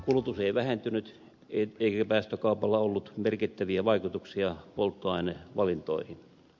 kulutus ei vähentynyt eikä päästökaupalla ollut merkittäviä vaikutuksia polttoainevalintoihin